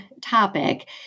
topic